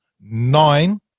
nine